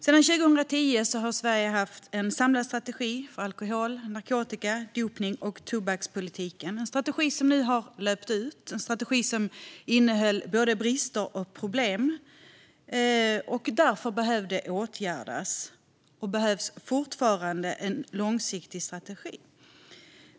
Sedan 2010 har Sverige haft en samlad strategi för alkohol-, narkotika, dopnings och tobakspolitiken, en strategi som nu har löpt ut. Det var en strategi som innehöll både brister och problem och som därför behövde åtgärdas. Det behövs fortfarande en långsiktig strategi.